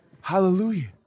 Hallelujah